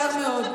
באיזה בית נשארת?